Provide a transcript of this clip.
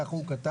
כך הוא כתב,